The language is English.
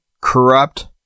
corrupt